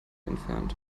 entfernt